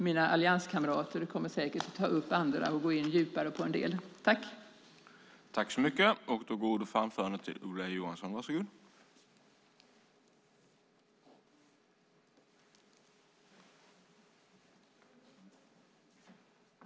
Mina allianskamrater kommer säkert att ta upp andra och gå in djupare på en del av dem.